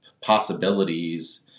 possibilities